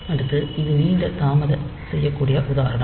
அடுத்து இது நீண்ட தாமத செய்யக்கூடிய உதாரணம்